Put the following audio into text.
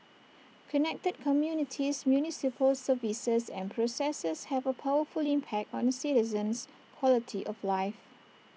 connected communities municipal services and processes have A powerful impact on A citizen's quality of life